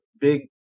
big